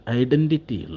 identity